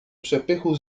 przepychu